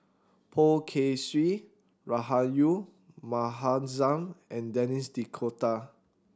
Poh Kay Swee Rahayu Mahzam and Denis D'Cotta